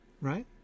Right